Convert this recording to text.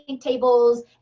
tables